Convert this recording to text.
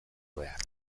behar